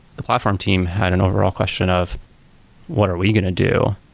the platform team had an overall question of what are we going to do?